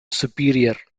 superior